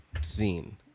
scene